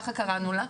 ככה קראנו לה.